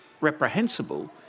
reprehensible